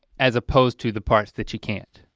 as opposed to the parts that you can't.